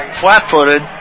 flat-footed